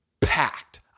packed